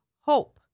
hope